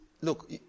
look